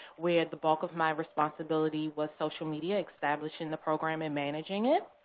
where the bulk of my responsibility was social media, establishing the program, and managing it.